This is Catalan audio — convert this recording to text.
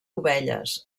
ovelles